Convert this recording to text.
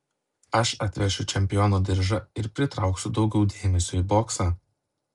aš atvešiu čempiono diržą ir pritrauksiu daugiau dėmesio į boksą